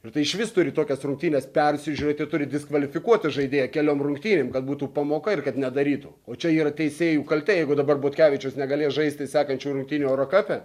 ir tai išvis turi tokias rungtynes persižiūrėt ir turi diskvalifikuoti žaidėją keliom rungtynėm kad būtų pamoka ir kad nedarytų o čia yra teisėjų kaltė jeigu dabar butkevičius negalės žaisti sekančių rungtynių eurokape